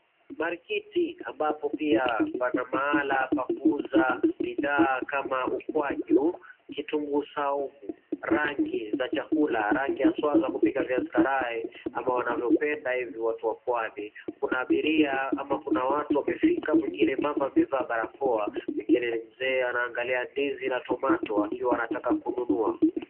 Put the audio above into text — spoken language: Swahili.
Marikiti ambapo pia pana mahala pa kuuza bidhaa kama ukwaju, kitunguu saumu, rangi za chakula , rangi haswa za kupika viazi vya karai ama wanavyopenda hivi watu wa pwani. Kuna abiria ama kuna watu wamefika, mwingine mama amevaa barakoa, mwingine ni mzee anaangalia ndizi na tomato akiwa anataka kununua.